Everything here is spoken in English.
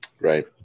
Right